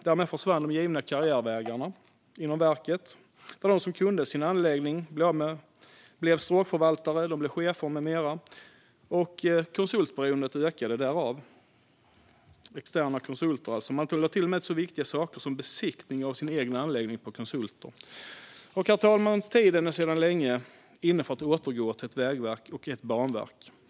Därmed försvann de givna karriärvägarna inom verket där de som kunde sin anläggning blev stråkförvaltare och chefer med mera, och därmed ökade beroendet av externa konsulter. Man lade till och med ut så viktiga saker som besiktning av den egna anläggningen på konsulter. Herr talman! Tiden är sedan länge inne att återgå till ett vägverk och ett banverk.